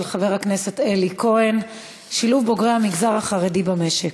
של חבר הכנסת אלי כהן: שילוב בוגרי המגזר החרדי במשק.